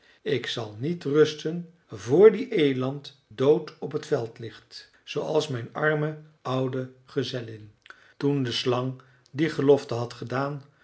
ik zal niet rusten voor die eland dood op t veld ligt zooals mijn arme oude gezellin toen de slang die gelofte had gedaan